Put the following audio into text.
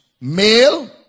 male